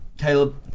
Caleb